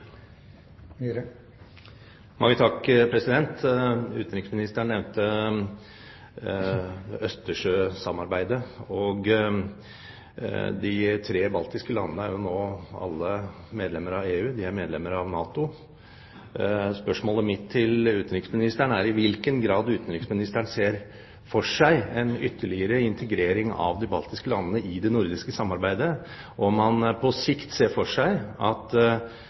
jo nå alle medlemmer av EU, og de er medlemmer av NATO. Spørsmålet mitt til utenriksministeren er i hvilken grad utenriksministeren ser for seg en ytterligere integrering av de baltiske landene i det nordiske samarbeidet, og om man på sikt ser for seg at